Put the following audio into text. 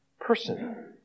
person